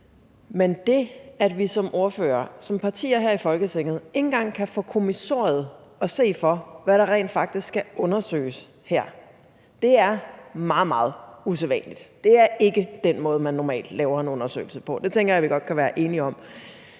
som ordførere, som partier her i Folketinget ikke engang kan få kommissoriet at se for, hvad der rent faktisk skal undersøges her, er meget, meget usædvanligt. Det er ikke den måde, man normalt laver en undersøgelse på. Det tænker jeg vi godt kan være enige om.